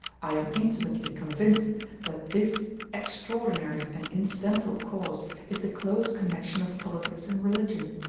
i am intimately convinced that this extraordinary and incidental cause is the close connection of politics and religion.